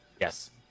Yes